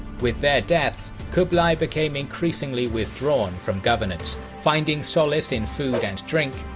with their deaths, kublai became increasingly withdrawn from governance, finding solace in food and drink,